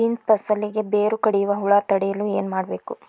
Beans ಫಸಲಿಗೆ ಬೇರು ಕಡಿಯುವ ಹುಳು ತಡೆಯಲು ಏನು ಮಾಡಬೇಕು?